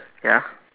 ya